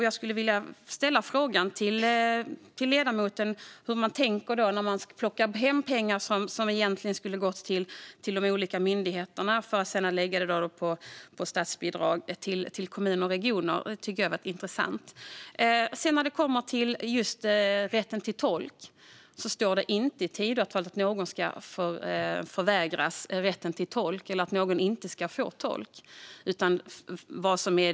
Jag skulle vilja fråga ledamoten hur man tänker när man plockar hem pengar som egentligen skulle ha gått till de olika myndigheterna för att sedan lägga dem på statsbidrag till kommuner och regioner. Det hade varit intressant att höra, tycker jag. Det står inte i Tidöavtalet att någon ska förvägras rätten till tolk eller att någon inte ska få tolk.